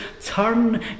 turn